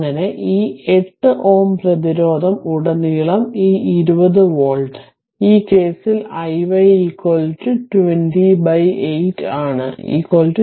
അങ്ങനെ ഈ 8 Ω പ്രതിരോധം ഉടനീളം ഈ 20 വോൾട്ട് ഈ കേസിൽ iY 208 ആണ് 2